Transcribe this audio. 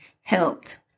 helped